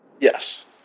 Yes